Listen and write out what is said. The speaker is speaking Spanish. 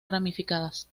ramificadas